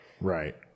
right